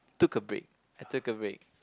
took a break I took a break